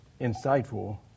insightful